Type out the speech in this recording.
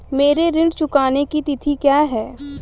मेरे ऋण चुकाने की तिथि क्या है?